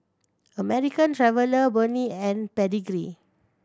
American Traveller Burnie and Pedigree